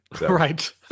Right